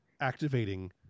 activating